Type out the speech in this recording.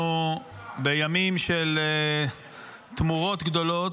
אנחנו בימים של תמורות גדולות.